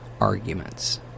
arguments